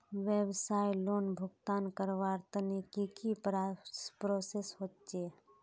व्यवसाय लोन भुगतान करवार तने की की प्रोसेस होचे?